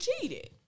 cheated